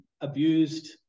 abused